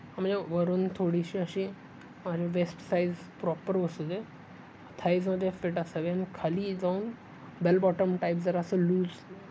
हं म्हणजे वरून थोडीशी अशी माझी वेस्ट साईज प्रॉपर बसूदे थाईजमध्ये फिट असावी आणि खाली जाऊन बेलबॉटम टाईप जरासं लूज